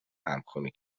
همخوانی